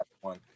one